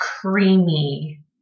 creamy